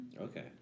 Okay